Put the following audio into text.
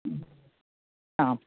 ഹമ് ആ